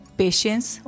patience